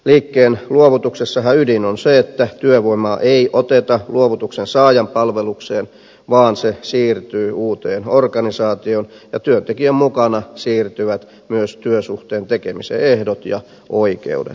liikkeen luovutuksessahan ydin on se että työvoimaa ei oteta luovutuksen saajan palvelukseen vaan se siirtyy uuteen organisaatioon ja työntekijän mukana siirtyvät myös työsuhteen tekemisen ehdot ja oikeudet